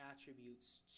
attributes